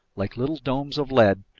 like little domes of lead,